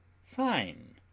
fine